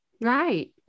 Right